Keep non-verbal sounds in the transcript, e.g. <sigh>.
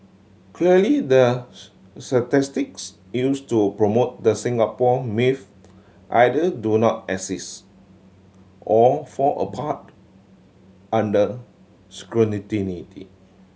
clearly the <unintelligible> statistics used to promote the Singapore myth either do not exist or fall apart under <unintelligible>